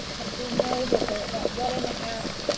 i do know that there are about one and a half